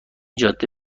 جاده